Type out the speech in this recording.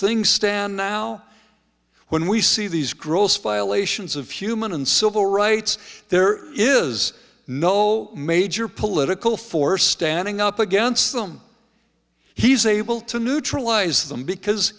things stand now when we see these gross violations of human and civil rights there is no major political force standing up against them he's able to neutralize them because